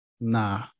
Nah